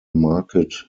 market